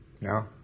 No